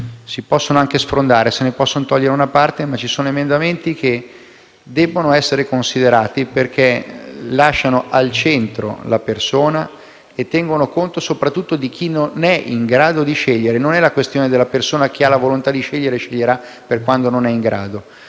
Si possono anche sfrondare; se ne può togliere una parte, ma ci sono emendamenti che devono essere considerati perché lasciano al centro la persona e tengono conto soprattutto di chi non è in grado di scegliere. Il problema non è la persona che ha la volontà di scegliere e sceglierà per quando non è in grado,